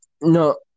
no